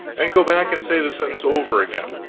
and go back and say the sentence over again.